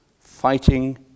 fighting